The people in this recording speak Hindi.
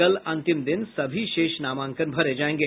कल अंतिम दिन सभी शेष नामांकन भरे जायेंगे